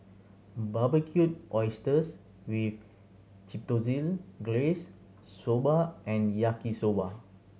Barbecued Oysters with Glaze Soba and Yaki Soba